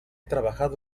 trabajado